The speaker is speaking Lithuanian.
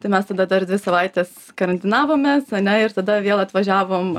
tai mes tada dar dvi savaites karantinavomės ane ir tada vėl atvažiavom